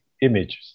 images